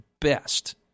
best